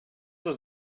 was